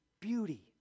beauty